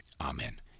Amen